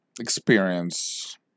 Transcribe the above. experience